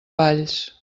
valls